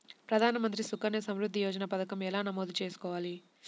ప్రధాన మంత్రి సుకన్య సంవృద్ధి యోజన పథకం ఎలా నమోదు చేసుకోవాలీ?